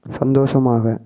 சந்தோஷமாக